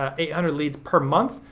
ah eight hundred leads per month.